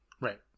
Right